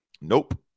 Nope